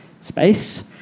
space